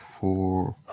four